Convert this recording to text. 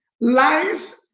lies